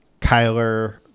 Kyler